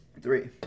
Three